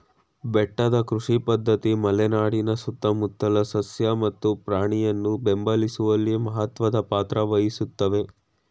ಬೆಟ್ಟದ ಕೃಷಿ ಪದ್ಧತಿ ಮಲೆನಾಡಿನ ಸುತ್ತಮುತ್ತಲ ಸಸ್ಯ ಮತ್ತು ಪ್ರಾಣಿಯನ್ನು ಬೆಂಬಲಿಸುವಲ್ಲಿ ಮಹತ್ವದ್ ಪಾತ್ರ ವಹಿಸುತ್ವೆ